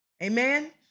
Amen